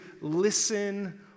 listen